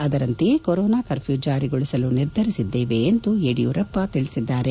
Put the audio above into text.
ಅದರಂತೆಯೇ corona curfew ಜಾರಿಗೊಳಿಸಲು ನಿರ್ಧರಿಸಿದ್ದೇವೆ ಎಂದು ಯಡಿಯೂರಪ್ಪ ತಿಳಿಸಿದ್ದಾರೆ